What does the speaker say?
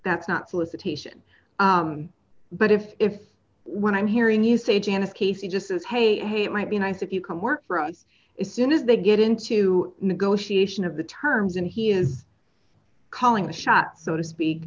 that's not solicitation but if if when i'm hearing you say janice casey just says hey hey it might be nice if you can work for us is soon as they get into negotiation of the terms and he is calling the shots so to